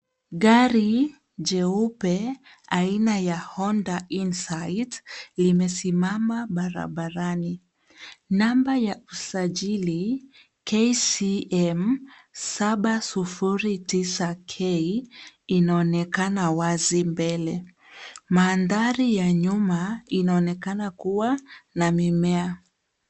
Gari jeupe aina ya Honda Insight, limesimama barabarani. Namba ya usajili KCM 709 K inaonekana wazi mbele. Mandhari ya nyuma inaonekana kua na mimea.